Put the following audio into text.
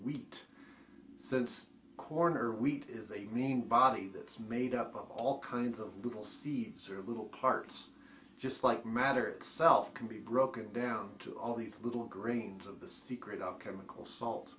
wheat since corn or wheat is a mean body this made up of all kinds of little seeds or little parts just like matter itself can be broken down to all these little grains of the secret of chemical salt